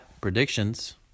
predictions